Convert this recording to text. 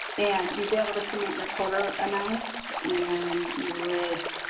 and you'd be able to submit your quarter amounts and you would,